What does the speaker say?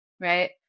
Right